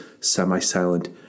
semi-silent